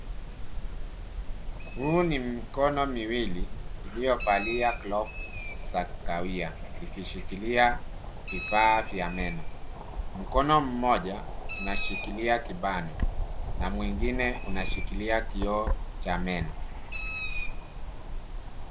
Huu ni mikono miwili iliyovalia glovu za kahawia ikishikilia vifaa vya meno. Mkono mmoja unashikilia kibano na mwingine unashikilia kioo cha meno.